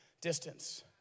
distance